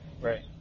right